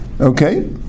Okay